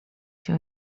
się